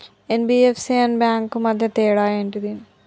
NBFC and banks కు మధ్య తేడా ఏంటిది?